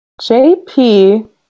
JP